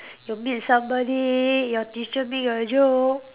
you meet somebody your teacher make a joke